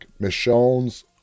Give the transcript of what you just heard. Michonne's